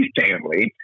family